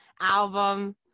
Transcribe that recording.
album